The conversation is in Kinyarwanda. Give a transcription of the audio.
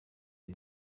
uyu